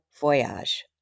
voyage